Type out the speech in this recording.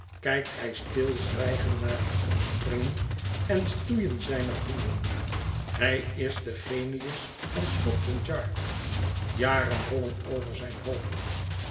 gezeten kijkthij stilzwijgend naar het opspringen en stoeien zijner honden hij is de genius van scotland yard jaren rollen over zijn hoofd